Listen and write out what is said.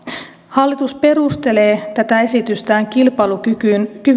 hallitus perustelee tätä esitystään kilpailukyvyn